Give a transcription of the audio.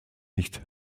nicht